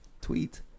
tweet